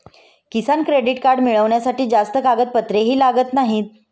किसान credit card मिळवण्यासाठी जास्त कागदपत्रेही लागत नाहीत